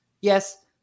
Yes